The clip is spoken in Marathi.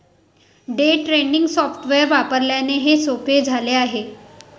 डे ट्रेडिंग सॉफ्टवेअर वापरल्याने हे सोपे झाले आहे